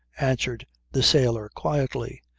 answered the sailor quietly.